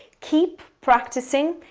keep practicing.